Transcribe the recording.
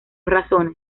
razones